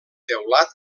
teulat